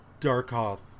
Darkoth